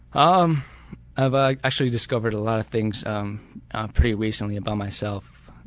um i've ah actually discovered a lot of things um pretty recently about myself